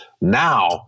now